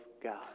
God